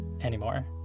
anymore